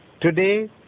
Today